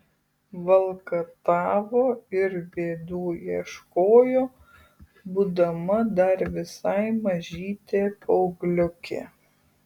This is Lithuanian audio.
valkatavo ir bėdų ieškojo būdama dar visai mažytė paaugliukė